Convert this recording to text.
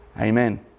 Amen